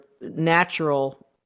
natural